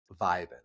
vibing